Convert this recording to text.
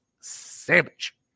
sandwich